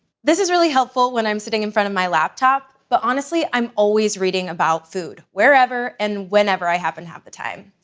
this is really helpful when i'm sitting in front of my laptop, but honestly, i'm always reading about food wherever and whenever i happen to have the time.